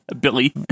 Billy